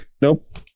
nope